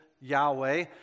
Yahweh